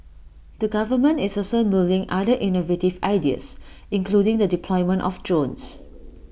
the government is also mulling other innovative ideas including the deployment of drones